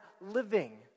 living